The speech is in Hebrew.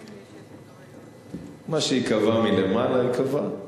מה שייקבע מלמעלה, ייקבע.